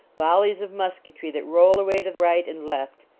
volleys of musketry that roll away to right and left,